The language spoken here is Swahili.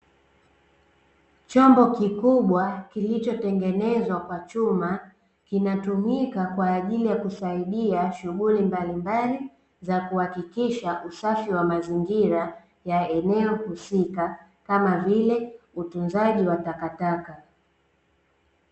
Chombo kikubwa kilichotengenezwa kwa chuma, kinatumika kwa ajili ya kusaidia shughuli mbalimbali, za kuhakikisha usafi wa mazingira ya eneo husika, kama vile: utunzaji wa takataka.